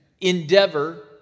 endeavor